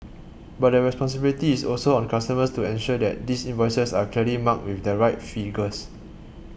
but the responsibility is also on customers to ensure that these invoices are clearly marked with the right figures